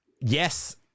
yes